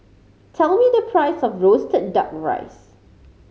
tell me the price of roasted Duck Rice